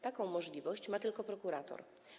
Taką możliwość ma tylko prokurator.